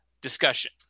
discussion